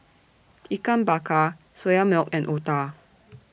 Ikan Bakar Soya Milk and Otah